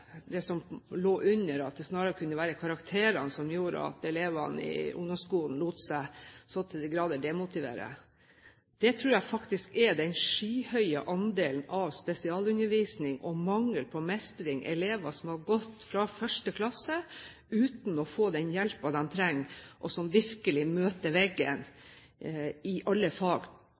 det som lå under, at det snarere kunne være karakterene som gjorde at elevene i ungdomsskolen lot seg så til de grader demotivere. Demotiveringer tror jeg faktisk skyldes den skyhøye andelen av spesialundervisning og mangel på mestring, elever som har gått fra 1. klasse uten å få den hjelpen de trenger, og som virkelig møter veggen i alle fag